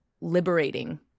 liberating